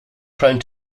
prone